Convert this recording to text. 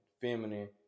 feminine